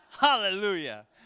Hallelujah